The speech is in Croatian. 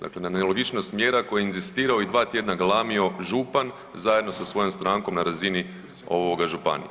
Dakle na nelogičnost mjera koje je inzistirao i dva tjedna galamio župan zajedno sa svojom strankom na razini ovoga županije.